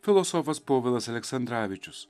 filosofas povilas aleksandravičius